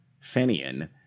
Fenian